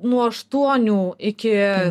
nuo aštuonių iki